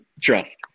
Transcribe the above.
trust